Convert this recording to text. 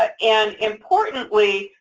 but and importantly,